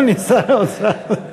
אדוני שר האוצר.